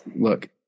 look